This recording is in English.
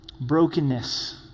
Brokenness